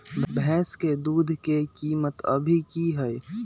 भैंस के दूध के कीमत अभी की हई?